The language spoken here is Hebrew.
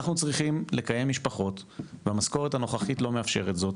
אנחנו צריכים לקיים משפחות והמשכורת הנוכחית אינה מאפשרת זאת,